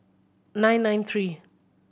nine nine three